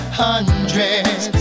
hundreds